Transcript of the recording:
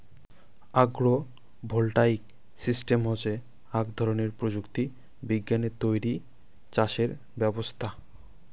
agro voltaic system হসে আক ধরণের প্রযুক্তি বিজ্ঞানে তৈরী চাষের ব্যবছস্থা